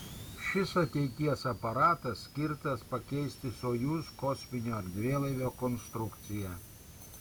šis ateities aparatas skirtas pakeisti sojuz kosminio erdvėlaivio konstrukciją